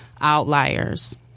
outliers